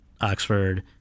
Oxford